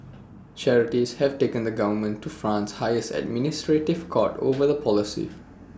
charities have taken the government to France's highest administrative court over the policy